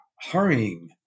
hurrying